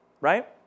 Right